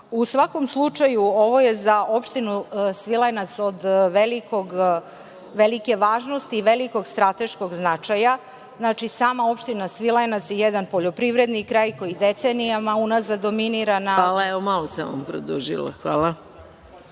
U svakom slučaju, ovo je za opštinu Svilajnac od velike važnosti i velikog strateškog značaja. Znači, sama opština Svilajnac je jedan poljoprivredni kraj koji decenijama unazad dominira. **Maja Gojković** Zahvaljujem. Reč